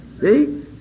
See